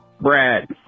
Brad